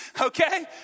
okay